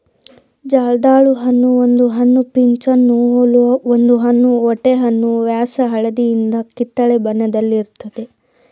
ಜರ್ದಾಳು ಹಣ್ಣು ಒಂದು ಸಣ್ಣ ಪೀಚನ್ನು ಹೋಲುವ ಒಂದು ಓಟೆಹಣ್ಣು ವ್ಯಾಸ ಹಳದಿಯಿಂದ ಕಿತ್ತಳೆ ಬಣ್ಣದಲ್ಲಿರ್ತದೆ